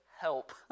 help